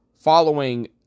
following